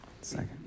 Second